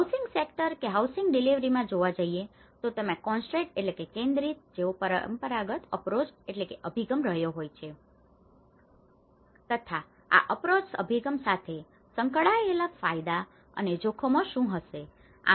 housing sector કે housing ડિલેવરીમાં જોવા જઈએ તો તેમાં કોન્સનટ્રેટેડ concentrated કેન્દ્રિત જેવો પરંપરાગત અપ્રોચ approach અભિગમ રહ્યો છે તથા આ અપ્રોચ approach અભિગમ સાથે સંકળાયેલા ફાયદા અને જોખમો શું હશે